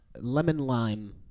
lemon-lime